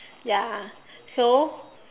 ya so